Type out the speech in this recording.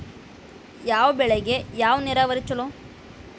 ಯಾವ ಬೆಳಿಗೆ ಯಾವ ನೇರಾವರಿ ಛಲೋ?